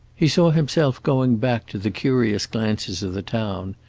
he saw himself going back to the curious glances of the town,